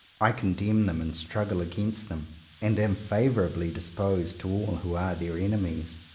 i condemn them and struggle against them and am favourably disposed to all who are their enemies.